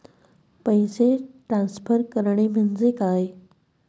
पैसे ट्रान्सफर करणे म्हणजे काय?